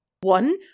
One